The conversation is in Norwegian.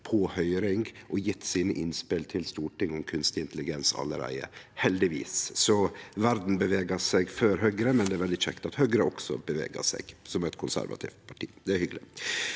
på høyring og gjeve sine innspel til Stortinget om kunstig intelligens – heldigvis. Så verda bevegar seg før Høgre, men det er veldig kjekt at Høgre også bevegar seg, som eit konservativt parti. Det er hyggjeleg.